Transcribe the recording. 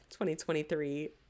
2023